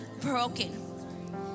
broken